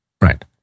Right